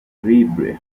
libre